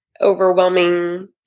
overwhelming